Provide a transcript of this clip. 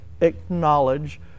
acknowledge